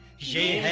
she